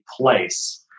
place